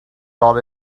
thought